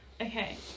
Okay